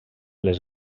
les